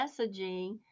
messaging